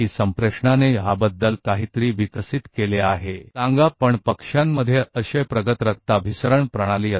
कुछ दर्पण ऐसे नहीं है कि संचार कैसे विकसित हुई इस बारे में कुछ बताएं लेकिन एक बहुत ही अग्रिम संचार प्रणाली थी